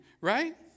right